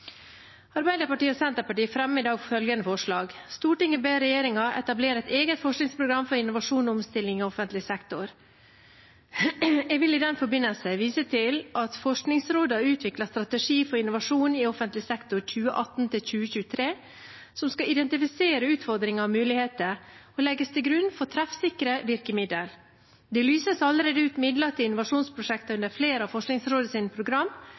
Arbeiderpartiet, Senterpartiet og SV fremmer i dag følgende forslag: «Stortinget ber regjeringen etablere et eget forskningsprogram for innovasjon og omstilling i offentlig sektor Jeg vil i den forbindelse vise til at Forskningsrådet har utviklet en strategi for innovasjon i offentlig sektor for perioden 2018–2023, som skal identifisere utfordringer og muligheter og legges til grunn for treffsikre virkemidler. Det lyses allerede ut midler til innovasjonsprosjekter under flere av Forskningsrådets program,